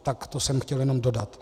Tak to jsem chtěl jenom dodat.